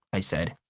i said.